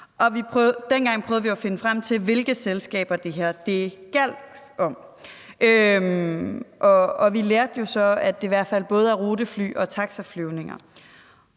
Dengang prøvede vi at finde frem til, hvilke selskaber det her gjaldt. Vi lærte så, at det i hvert fald både er ruteflyvninger og taxaflyvninger.